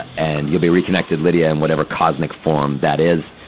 ah and you'll be reconnected lydia and whatever cosmic form that is,